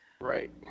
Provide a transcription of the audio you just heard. right